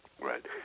Right